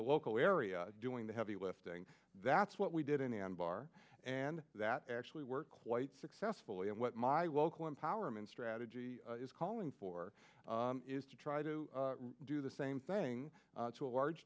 the local area doing the heavy lifting that's what we did in anbar and that actually worked quite successfully and what my local empowerment strategy is calling for is to try to do the same thing to a large